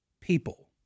people